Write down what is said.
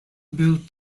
built